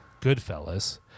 Goodfellas